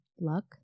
luck